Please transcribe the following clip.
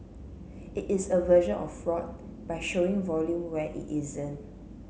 it is a version of fraud by showing volume where it isn't